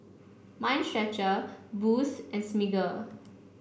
Mind Stretcher Boost and Smiggle